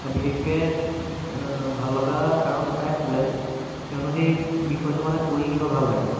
আৰু বিশেষকৈ ভাল লগাৰ কাৰণ এটাই আছিলে কিয়নো সেই বিষয়টো মানে কৰি কিবা ভাল লাগে